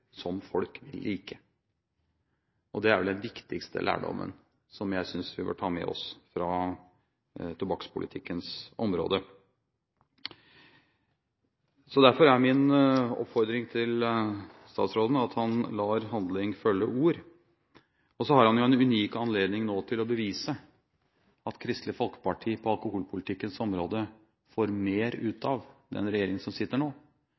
som folk vil like. Det er vel den viktigste lærdommen som jeg synes vi bør ta med oss fra tobakkspolitikkens område. Derfor er min oppfordring til statsråden at han lar handling følge ord. Så har han en unik anledning til å vise at på alkoholpolitikkens område får Kristelig Folkeparti mer ut av den regjeringen som sitter nå,